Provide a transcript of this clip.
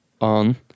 on